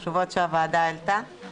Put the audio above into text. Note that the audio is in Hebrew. לפי תשובתו של איציק דניאל.